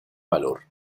valor